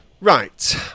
Right